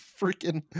freaking